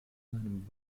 seinem